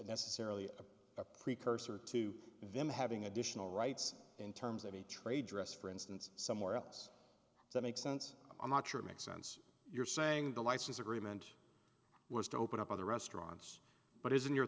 necessarily a precursor to them having additional rights in terms of a trade dress for instance somewhere else that makes sense i'm not sure it makes sense you're saying the license agreement was to open up other restaurants but isn't your